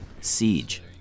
Siege